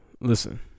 Listen